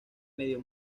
medio